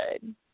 good